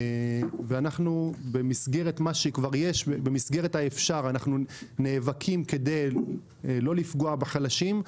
במסגרת האפשר אנחנו נאבקים כדי לא לפגוע בחלשים,